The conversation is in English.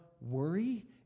worry